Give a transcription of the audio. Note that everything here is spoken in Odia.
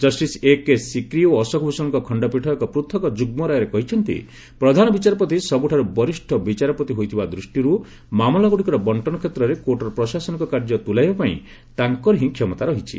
ଜଷ୍ଟିସ୍ ଏ କେ ସିକ୍ରି ଓ ଅଶୋକ ଭୂଷଣଙ୍କ ଖଣ୍ଡପୀଠ ଏକ ପୃଥକ୍ ଯୁଗ୍ମ ରାୟରେ କହିଛନ୍ତି ପ୍ରଧାନ ବିଚାରପତି ସବୁଠାରୁ ବରିଷ ବିଚାରପତି ହୋଇଥିବା ଦୃଷ୍ଟିରୁ ମାମଲାଗୁଡ଼ିକର ବଣ୍ଟନ କ୍ଷେତ୍ରରେ କୋର୍ଟର ପ୍ରଶାସନିକ କାର୍ଯ୍ୟ ତୁଲାଇବାପାଇଁ ତାଙ୍କର ହିଁ କ୍ଷମତା ରହିଛି